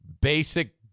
basic